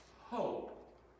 hope